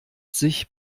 sich